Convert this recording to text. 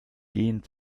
gehen